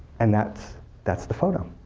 and that's that's the photo.